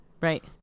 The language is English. Right